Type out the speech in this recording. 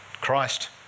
Christ